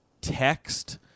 text